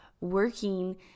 working